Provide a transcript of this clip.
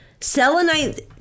selenite